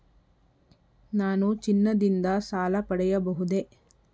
ನಾನು ಚಿನ್ನದಿಂದ ಸಾಲ ಪಡೆಯಬಹುದೇ?